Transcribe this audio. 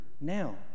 now